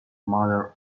mother